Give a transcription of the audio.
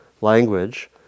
language